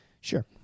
Sure